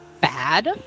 bad